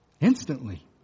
Instantly